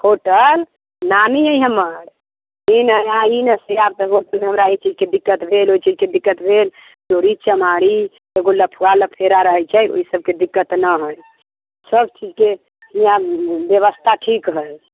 hotel नामी है हमर ई नहि ई नहि आबि तऽ एकगो हमरा ई चीजके दिक्कत भेल ओ चीजके दिक्कत भेल चोरी चमारी लफुआ लफेरा रहै छै ओहि सभके दिक्कत नहि है सभ चीजके यहाँ व्यवस्था ठीक है